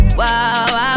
wow